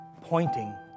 pointing